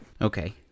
Okay